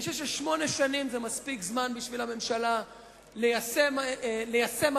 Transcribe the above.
אני חושב ששמונה שנים זה מספיק זמן בשביל הממשלה ליישם החלטה,